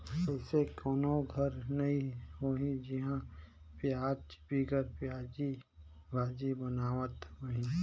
अइसे कोनो घर नी होही जिहां पियाज बिगर सब्जी भाजी बनावत होहीं